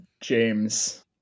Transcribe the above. James